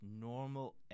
normal